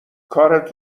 کارت